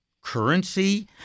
currency